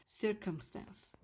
circumstance